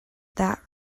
that